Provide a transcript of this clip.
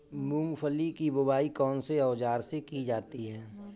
मूंगफली की बुआई कौनसे औज़ार से की जाती है?